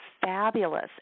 fabulous